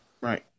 Right